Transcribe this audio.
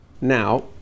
Now